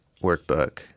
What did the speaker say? workbook